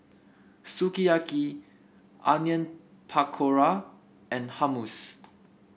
Sukiyaki Onion Pakora and Hummus